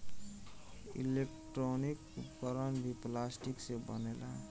electronic उपकरण भी plastic से बनेला